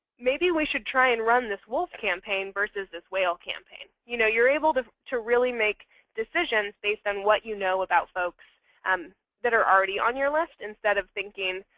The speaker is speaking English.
maybe we should try and run this wolf campaign versus this whale campaign. you know you're able to to really make decisions based on what you know about folks um that are already on your list instead of thinking,